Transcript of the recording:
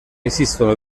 esistono